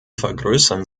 vergrößern